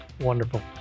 Wonderful